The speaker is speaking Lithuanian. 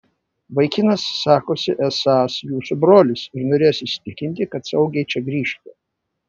vaikinas sakosi esąs jūsų brolis ir norėjęs įsitikinti kad saugiai čia grįšite